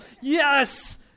Yes